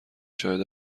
شاهد